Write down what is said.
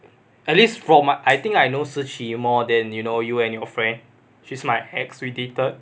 at least from I think I know shi qi more than you know you and your friend she's my ex we dated